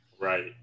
Right